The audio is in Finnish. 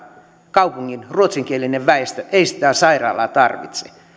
kaupungin ruotsinkielinen väestö ei sitä sairaalaa tarvitse